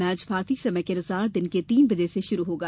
match भारतीय समयानुसार दिन के तीन बजे से शुरू होगा